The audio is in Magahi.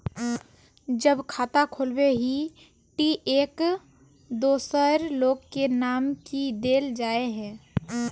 जब खाता खोलबे ही टी एक दोसर लोग के नाम की देल जाए है?